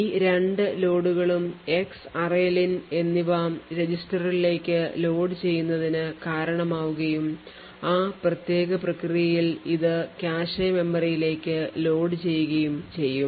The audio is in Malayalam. ഈ 2 ലോഡുകളും എക്സ് array len എന്നിവ രജിസ്റ്ററുകളിലേക്ക് ലോഡ് ചെയ്യുന്നതിന് കാരണമാവുകയും ആ പ്രത്യേക പ്രക്രിയയിൽ ഇത് കാഷെ മെമ്മറിയിലേക്ക് ലോഡ് ചെയ്യുകയും ചെയ്യും